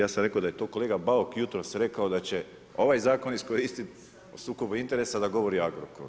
Ja sam rekao da je to kolega Bauk jutros rekao da će ovaj Zakon iskoristiti o sukobu interesa da govori o Agrokoru.